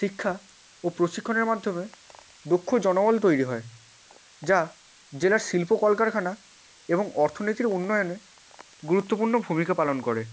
শিক্ষা ও প্রশিক্ষণের মাধ্যমে দক্ষ জনবল তৈরি হয় যা জেলার শিল্প কলকারখানা এবং অর্থনীতির উন্নয়নে গুরুত্বপূর্ণ ভূমিকা পালন করে